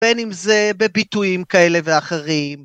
בין אם זה בביטויים כאלה ואחרים.